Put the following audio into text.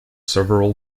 several